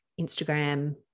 Instagram